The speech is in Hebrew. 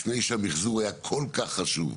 לפני שהמיחזור היה כל כך חשוב.